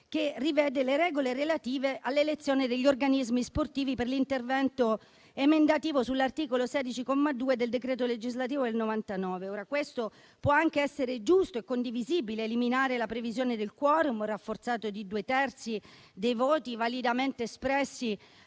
che rivede le regole relative all'elezione degli organismi sportivi per l'intervento emendativo sull'articolo 16, comma 2, del decreto legislativo n. 242 del 1999. Può anche essere giusto e condivisibile eliminare la previsione del *quorum* rafforzato di due terzi dei voti validamente espressi